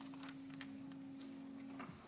בבקשה,